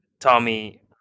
Tommy